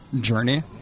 journey